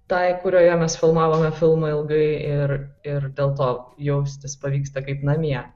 tai kurioje mes filmavome filmą ilgai ir ir dėl to jaustis pavyksta kaip namie